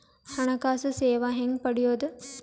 ಹಣಕಾಸು ಸೇವಾ ಹೆಂಗ ಪಡಿಯೊದ?